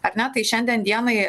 ar ne tai šiandien dienai